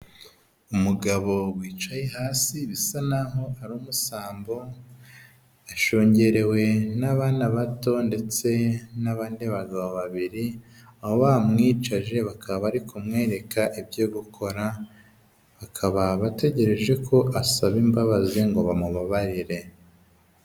Umugabo wicaye hasi bisa naho ari umusambo ashungerewe n'abana bato ndetse n'abandi bagabo babiri aho bamwicaje bakaba bari kumwereka ibyo gukora, bakaba bategereje ko asaba imbabazi ngo bamubabarire.